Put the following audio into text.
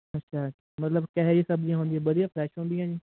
ਅੱਛਾ ਮਤਲਬ ਕਿਹੋ ਜਿਹੀ ਸਬਜ਼ੀਆਂ ਹੁੰਦੀਆਂ ਵਧੀਆ ਫਰੈਸ਼ ਹੁੰਦੀਆਂ ਜੀ